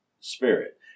Spirit